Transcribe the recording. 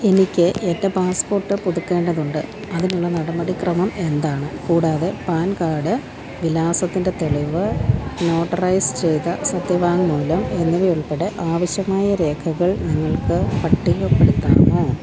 എനിക്ക് എന്റെ പാസ്പ്പോട്ട് പുതുക്കേണ്ടതുണ്ട് അതിനുള്ള നടപടിക്രമം എന്താണ് കൂടാതെ പാൻ കാഡ് വിലാസത്തിന്റെ തെളിവ് നോട്ടറൈസ് ചെയ്ത സത്യവാങ്മൂലം എന്നിവയുൾപ്പെടെ ആവശ്യമായ രേഖകൾ നിങ്ങൾക്ക് പട്ടികപ്പെടുത്താമോ